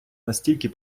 настільки